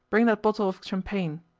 bring that bottle of champagne.